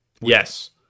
Yes